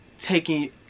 taking